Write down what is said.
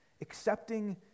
accepting